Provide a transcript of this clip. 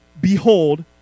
behold